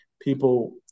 people